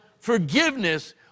Forgiveness